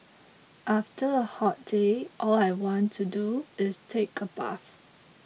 after a hot day all I want to do is take a bath